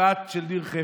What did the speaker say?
המשפט של ניר חפץ,